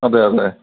അതെ അതെ